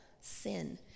sin